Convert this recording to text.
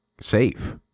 safe